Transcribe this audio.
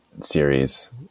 series